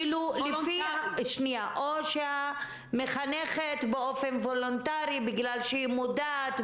או שהמחנכת באופן וולונטרי בגלל שהיא מודעת,